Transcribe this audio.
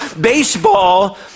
Baseball